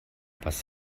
was